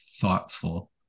thoughtful